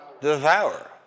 devour